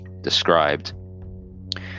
described